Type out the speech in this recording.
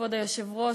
כבוד היושב-ראש,